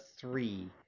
three